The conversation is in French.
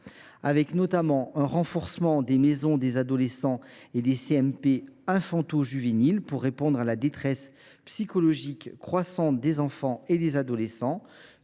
nous allons renforcer les maisons des adolescents et les CMP infanto juvéniles afin de répondre à la détresse psychologique croissante des enfants et des adolescents,